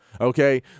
Okay